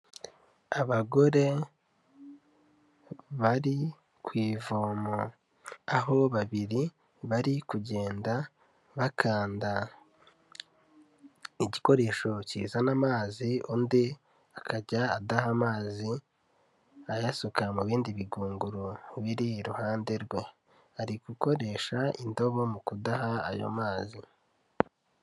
Abagore bari ku ivomo, aho babiri bari kugenda bakanda igikoresho kizana amazi, undi akajya adaha amazi ayasuka mu bindi bigunguru biri iruhande rwe, ari gukoresha indobo mu kudaha ayo mazi.